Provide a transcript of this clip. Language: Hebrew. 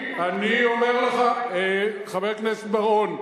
אני אומר לך, חבר הכנסת בר-און,